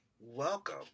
welcome